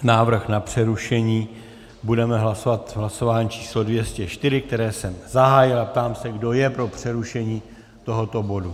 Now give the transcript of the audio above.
Návrh na přerušení budeme hlasovat v hlasování číslo 204, které jsem zahájil, a ptám se, kdo je pro přerušení tohoto bodu.